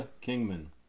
Kingman